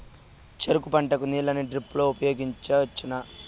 చెరుకు పంట కు నీళ్ళని డ్రిప్ లో ఉపయోగించువచ్చునా?